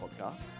podcast